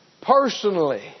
personally